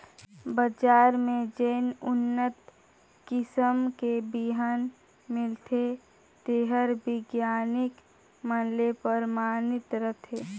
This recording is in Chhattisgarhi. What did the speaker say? बजार में जेन उन्नत किसम के बिहन मिलथे तेहर बिग्यानिक मन ले परमानित रथे